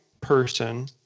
person